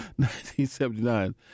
1979